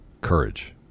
courage